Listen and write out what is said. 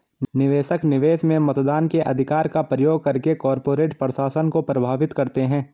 निवेशक, निवेश में मतदान के अधिकार का प्रयोग करके कॉर्पोरेट प्रशासन को प्रभावित करते है